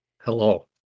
hello